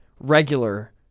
regular